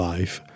Life